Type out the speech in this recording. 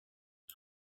die